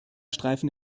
streifen